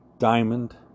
Diamond